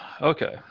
Okay